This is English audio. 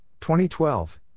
2012